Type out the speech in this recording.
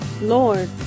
Lord